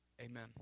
Amen